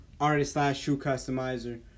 artist-slash-shoe-customizer